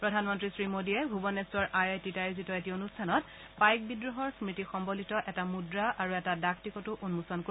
প্ৰধানমন্ত্ৰী মোডীয়ে ভুৱনেশ্বৰ আই আই টিত আয়োজিত এটা অনুষ্ঠানত পাইক বিদ্ৰোহৰ স্মতি সন্মলিত এটা মুদ্ৰা আৰু এটা ডাক টিকটো উন্মোচন কৰিব